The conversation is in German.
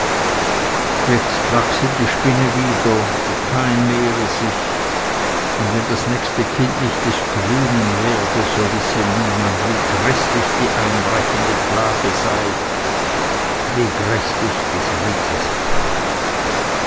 jetzt wachse die spinne wieder die pein mehre sich und wenn das nächste kind nicht des grünen werde so wisse niemand wie gräßlich die einbrechende plage sei wie gräßlich des ritters rache